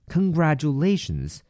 Congratulations